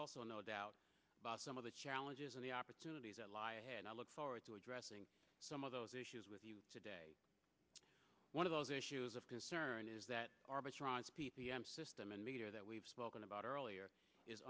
also no doubt about some of the challenges and the opportunities that lie ahead and i look forward to addressing some of those issues with you today one of those issues of concern is that arbitrage p p m system and meter that we've spoken about earlier is